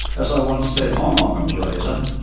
as i once said on ah ockham's razor,